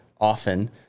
often